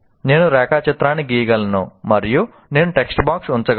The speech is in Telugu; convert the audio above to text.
నేను రేఖాచిత్రాన్ని గీయగలను మరియు నేను టెక్స్ట్ బాక్స్ ఉంచగలను